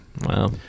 wow